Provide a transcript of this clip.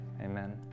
amen